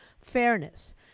fairness